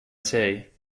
say